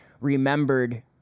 remembered